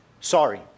sorry